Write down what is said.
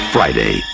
Friday